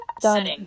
done